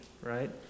right